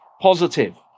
positive